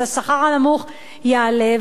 אז השכר הנמוך יעלה.